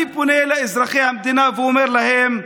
אני פונה לאזרחי המדינה ואומר להם: